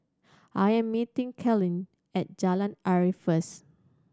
I am meeting Carolynn at Jalan Arif first